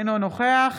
אינו נוכח